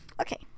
Okay